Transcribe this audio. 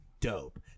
dope